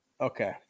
Okay